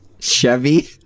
Chevy